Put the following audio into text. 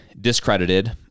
discredited